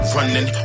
Running